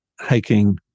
hiking